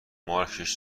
مارکش